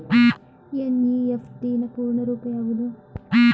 NEFT ನ ಪೂರ್ಣ ರೂಪ ಯಾವುದು?